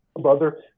brother